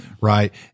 right